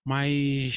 Mas